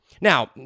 Now